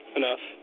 enough